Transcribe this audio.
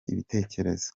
ibitekerezo